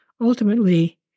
Ultimately